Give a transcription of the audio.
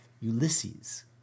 Ulysses